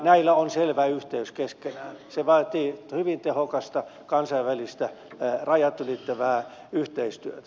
näillä on selvä yhteys keskenään se vaatii hyvin tehokasta kansainvälistä rajat ylittävää yhteistyötä